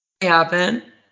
happen